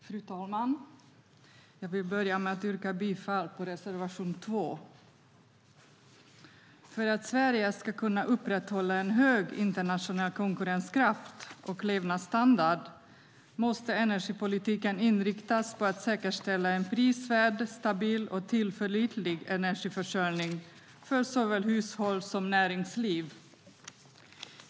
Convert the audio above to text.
Fru talman! Jag vill börja med att yrka bifall till reservation 2. För att Sverige ska kunna upprätthålla en hög internationell konkurrenskraft och levnadsstandard måste energipolitiken inriktas på att säkerställa en prisvärd, stabil och tillförlitlig energiförsörjning för såväl hushåll som näringsliv.